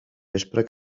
vespre